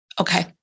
okay